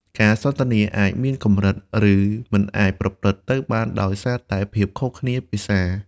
ការសន្ទនាអាចមានកម្រិត ឬមិនអាចប្រព្រឹត្តទៅបានដោយសារតែភាពខុសគ្នាភាសា។